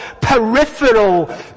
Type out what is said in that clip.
peripheral